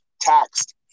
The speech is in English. taxed